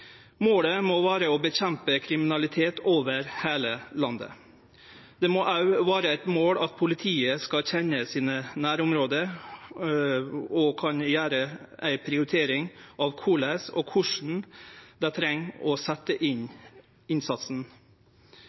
Målet må vere å kjempe mot kriminalitet over heile landet. Det må òg vere eit mål at politiet skal kjenne sine nærområde og kan gjere ei prioritering av kvar og korleis dei skal sette inn innsatsen.